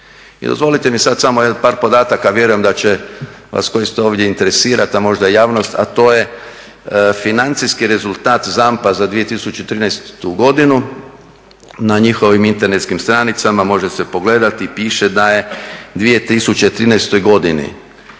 I dozvolite mi samo par podataka, vjerujem da će vas koji ste ovdje interesirati, a možda i javnost financijski rezultat ZAMP-a za 2013.godinu. Na njihovim internetskim stranicama može se pogledati, piše da je u 2013.naplaćeno